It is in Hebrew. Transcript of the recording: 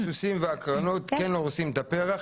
ההקרנות והריסוסים הורסים את הפרח,